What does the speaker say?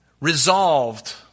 resolved